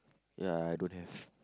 ya I don't have